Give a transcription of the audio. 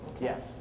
yes